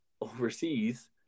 overseas